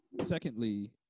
secondly